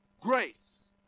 grace